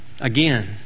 Again